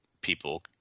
people